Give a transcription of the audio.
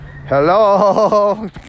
hello